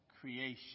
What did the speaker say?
creation